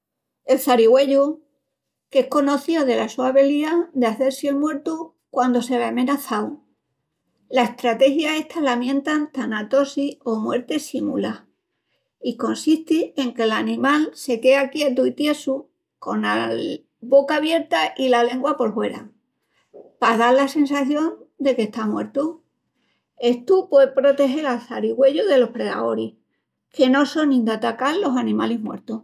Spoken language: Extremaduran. El çarigüeyu, es conocíu dela su albeliá de hazel-si el muertu quandu se ve amenazau. La estrategia esta la mientan "tanatosis" o "muerti simulá", i consesti en que l'animal se quea quietu i tiesu, cona boca abierta i la lengua por huera, pa dal la sensación de qu'está muertu. Estu puei protegel al çarigüeyu delos predaoris, que no sonin de atacal los animalis muertus.